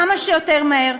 כמה שיותר מהר,